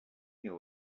knew